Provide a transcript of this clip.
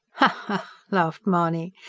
ha! laughed mahony,